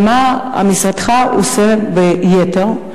ומה משרדך עושה ביתר?